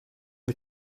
the